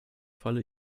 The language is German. falle